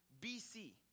BC